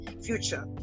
future